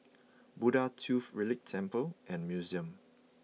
Buddha Tooth Relic Temple and Museum